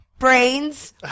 Brains